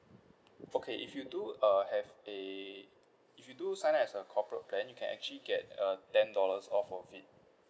okay if you do uh have a if you do sign up as a corporate plan you can actually get uh ten dollars off of it